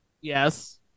Yes